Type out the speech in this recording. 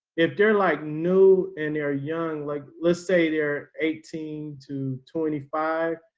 if they're like new and they're young, like let's say they're eighteen to twenty five.